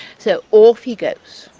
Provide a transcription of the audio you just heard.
so off he goes.